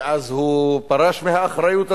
ואז הוא פרש מהאחריות הזאת,